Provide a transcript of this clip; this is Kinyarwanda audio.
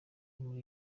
muri